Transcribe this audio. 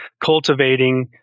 cultivating